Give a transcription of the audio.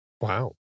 wow